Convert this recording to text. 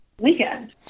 weekend